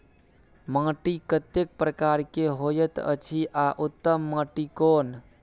माटी कतेक प्रकार के होयत अछि आ उत्तम माटी कोन?